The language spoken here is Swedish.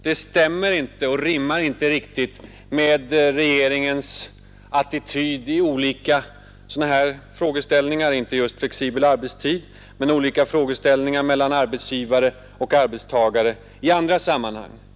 Det stämmer inte riktigt och rimmar verkligen inte med regeringens attityd i sådana här frågor — kanske inte just om flexibel arbetstid, men när det gäller olika problem mellan arbetsgivare och arbetstagare i andra sammanhang.